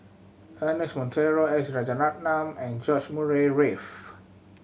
Ernest Monteiro S Rajaratnam and George Murray Reith